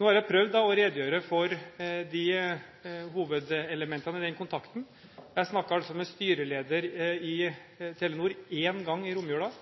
Nå har jeg prøvd å redegjøre for hovedelementene i den kontakten. Jeg snakket altså med styreleder i Telenor én gang i romjula –